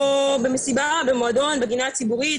או במסיבה, במועדון בגינה הציבורית